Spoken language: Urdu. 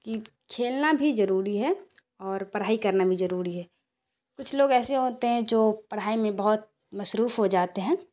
کہ کھیلنا بھی ضروری ہے اور پڑھائی کرنا بھی ضروری ہے کچھ لوگ ایسے ہوتے ہیں جو پڑھائی میں بہت مصروف ہو جاتے ہیں